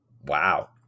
wow